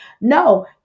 no